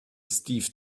steve